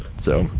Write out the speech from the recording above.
so,